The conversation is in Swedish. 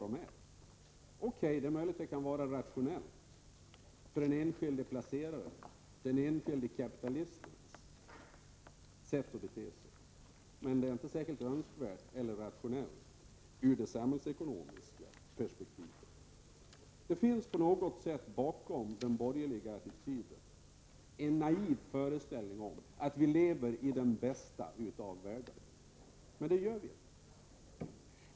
O.K., det är möjligt att det från den enskilde placerarens, den enskilde kapitalistens, synvinkel vore rationellt att avskaffa valutaregleringen, men sett i ett samhällsekonomiskt perspektiv vore det inte vare sig önskvärt eller rationellt. Bakom den borgerliga attityden finns det på något sätt en naiv föreställning om att vi lever i den bästa av världar. Men det gör vi inte.